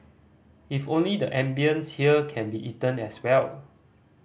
if only the ambience here can be eaten as well